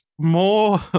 more